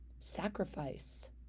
sacrifice